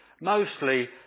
mostly